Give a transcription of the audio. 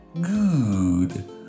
Good